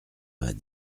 vingt